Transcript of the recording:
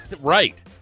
right